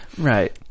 Right